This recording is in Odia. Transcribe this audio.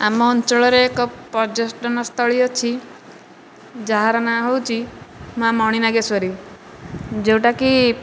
ଆମ ଅଞ୍ଚଳରେ ଏକ ପର୍ଯ୍ୟଟନସ୍ଥଳୀ ଅଛି ଯାହାର ନାଁ ହେଉଛି ମା' ମଣି ନାଗେଶ୍ୱରୀ ଯେଉଁଟାକି